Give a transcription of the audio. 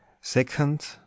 Second